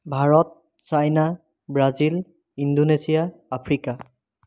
Bharat China Brazil Indonesia Africa